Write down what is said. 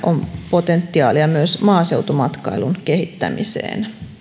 potentiaalia myös maaseutumatkailun kehittämiseen